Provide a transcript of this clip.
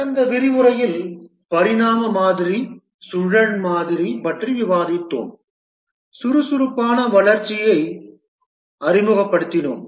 கடந்த விரிவுரையில் பரிணாம மாதிரி சுழல் மாதிரி பற்றி விவாதித்தோம் சுறுசுறுப்பான வளர்ச்சியை அறிமுகப்படுத்தினோம்